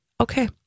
Okay